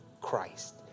Christ